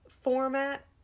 format